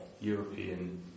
European